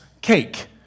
cake